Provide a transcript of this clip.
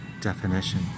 definition